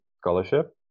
scholarship